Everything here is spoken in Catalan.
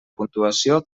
puntuació